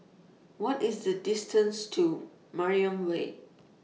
What IS The distance to Mariam Way